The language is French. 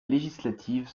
législative